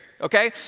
okay